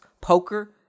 poker